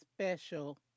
special